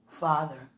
Father